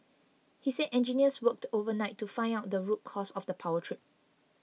he said engineers worked overnight to find out the root cause of the power trip